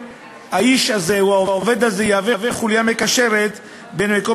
האיש הזה או העובד הזה ישמש חוליה מקשרת בין מקום